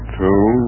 two